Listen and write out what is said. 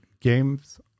games